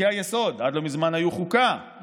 חוקי-היסוד עד לא מזמן היו חוקה,